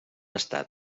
estat